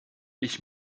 ich